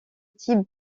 type